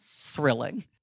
thrilling